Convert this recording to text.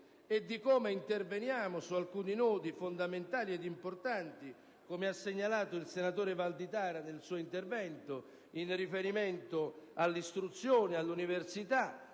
sviluppo e interveniamo su alcuni nodi fondamentali e importanti); a quanto segnalato dal senatore Valditara nel suo intervento in riferimento all'istruzione e all'università